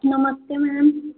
नमस्ते मैम